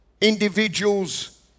individuals